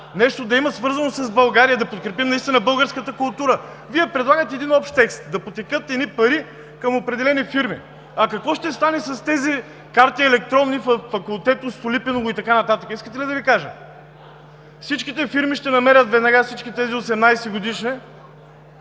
Нещо да има свързано с България, да подкрепим наистина българската култура. Вие предлагате един общ текст – да потекат едни пари към определени фирми. А какво ще стане с тези електронни карти във „Факултета“, „Столипиново“ и така нататък? Искате ли да Ви кажа? (Реплики: „Да!“.) Всичките фирми ще намерят веднага всички тези 18-годишни